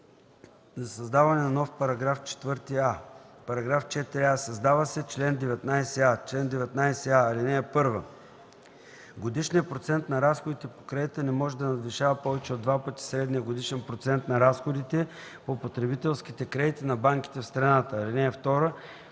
за създаване на нов § 4а: „§4а. Създава се чл. 19а: „Чл. 19а (1) Годишният процент на разходите по кредита не може да надвишава повече от 2 пъти средният годишен процент на разходите по потребителските кредити на банките в страната. (2)